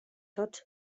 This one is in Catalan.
tots